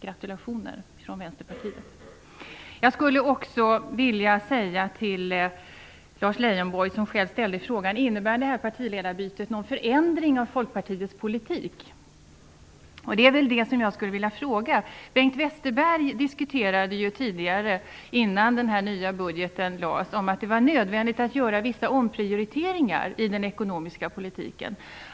Gratulationer från Vänsterpartiet! Lars Leijonborg ställde själv frågan: Innebär partiledarbytet någon förändring av Folkpartiets politik? Den frågan vill jag också ställa till Lars Leijonborg. Bengt Westerberg diskuterade ju tidigare innan den nya budgeten lades fram att det var nödvändigt att göra vissa omprioriteringar i den ekonomiska politiken.